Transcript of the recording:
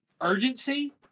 urgency